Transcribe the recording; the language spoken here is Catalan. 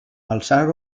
alçar